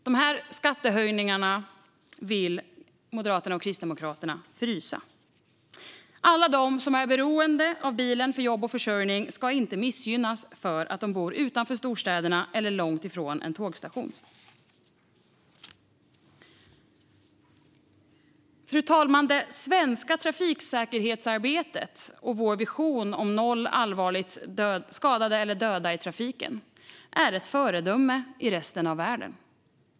Dessa skattehöjningar vill Moderaterna och Kristdemokraterna frysa. Alla som är beroende av bilen för jobb och försörjning ska inte missgynnas för att de bor utanför storstäderna eller långt ifrån en tågstation. Fru talman! Det svenska trafiksäkerhetsarbetet och vår vision om noll allvarligt skadade eller döda i trafiken är ett föredöme i resten av världen.